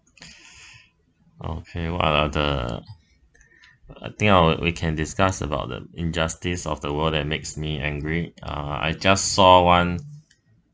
okay what are the uh I think I'll we can discuss about the injustice of the world that makes me angry uh I just saw one